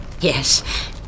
yes